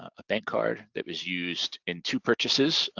a bank card that was used in two purchases,